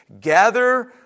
Gather